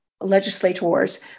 legislators